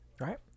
Right